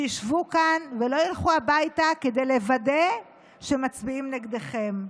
שישבו כאן ולא ילכו הביתה כדי לוודא שהם מצביעים נגדכם.